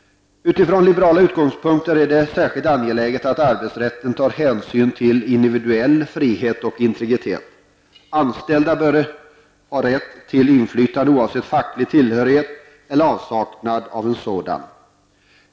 Med liberala utgångspunkter är det särskilt angeläget att arbetsrätten tar hänsyn till individuell frihet och integritet. Anställda bör ha rätt till inflytande, oavsett facklig tillhörighet eller avsaknad av en sådan.